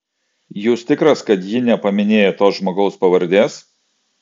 jūs tikras kad ji nepaminėjo to žmogaus pavardės